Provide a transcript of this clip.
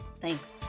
Thanks